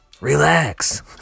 Relax